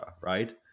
right